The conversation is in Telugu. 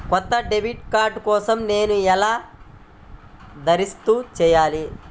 కొత్త డెబిట్ కార్డ్ కోసం నేను ఎలా దరఖాస్తు చేయాలి?